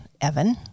Evan